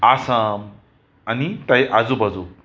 आसाम आनी पळय आजू बाजू